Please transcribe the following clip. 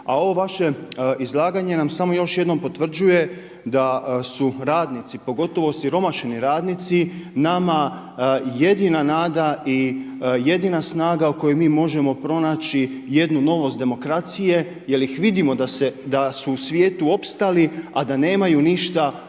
A ovo vaše izlaganje nam samo još jednom potvrđuje da su radnici pogotovo siromašni radnici, nama jedina nada i jedina snaga u kojoj mi možemo pronaći jednu novost demokracije jel ih vidimo da su u svijetu opstali, a da nemaju ništa osim